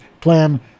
plan